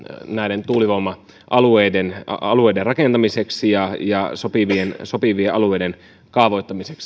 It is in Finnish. näiden tuulivoima alueiden alueiden rakentamiselle ja ja sopivien sopivien alueiden kaavoittamiselle